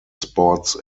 sports